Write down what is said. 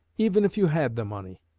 even if you had the money,